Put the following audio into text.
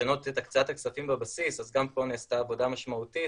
לשנות את הקצאת הכספים בבסיס אז גם פה נעשתה עבודה משמעותית